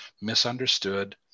misunderstood